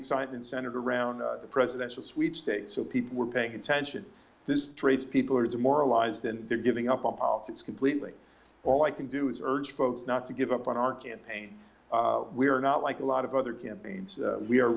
excitement centered around the presidential sweepstakes so people were paying attention this race people are demoralized and they're giving up on politics completely all i can do is urge folks not to give up on our campaign we are not like a lot of other campaigns we are